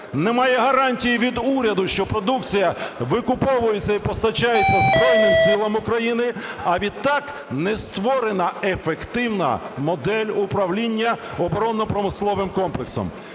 немає гарантій від уряду, що продукція викуповується і постачається Збройним Силам України, а відтак не створена ефективна модель управління оборонно-промисловим комплексом.